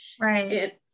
Right